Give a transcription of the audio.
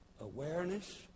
awareness